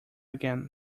again